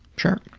sure.